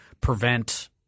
prevent